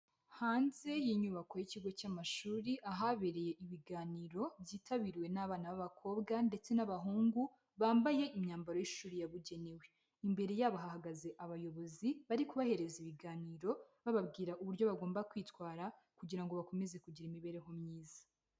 Hanze y'inyubako y'ikigo cy'amashuri, ahabereye ibiganiro byitabiriwe n'abana b'abakobwa ndetse n'abahungu, bambaye imyambaro y'ishuri yabugenewe. Imbere yabo hahagaze abayobozi, bari kubahereza ibiganiro bababwira uburyo bagomba kwitwara kugira ngo bakomeze kugira imibereho myiza.